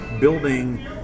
building